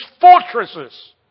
fortresses